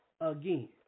again